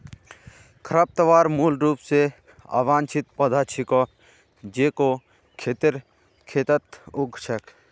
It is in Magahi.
खरपतवार मूल रूप स अवांछित पौधा छिके जेको खेतेर खेतत उग छेक